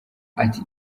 ati